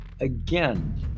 Again